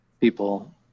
people